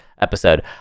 episode